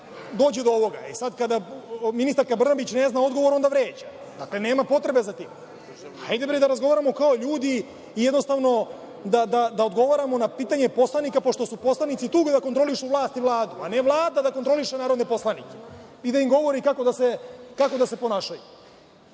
dođe do ovoga. Sada, kada ministarka Brnabić ne zna odgovor, onda vređa. Nema potrebe za tim. Hajde da razgovaramo kao ljudi i da odgovaramo na pitanja poslanika, pošto su poslanici tu da kontrolišu vlast i Vladu, a ne Vlada da kontroliše narodne poslanike i da im govori kako da se ponašaju.